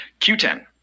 Q10